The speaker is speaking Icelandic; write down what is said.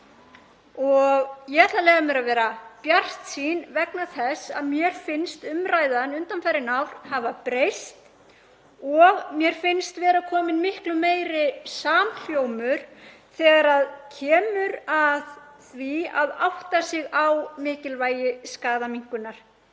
dag. Ég ætla að leyfa mér að vera bjartsýn vegna þess að mér finnst umræðan undanfarin ár hafa breyst og mér finnst vera kominn miklu meiri samhljómur þegar kemur að því að átta sig á mikilvægi skaðaminnkunar.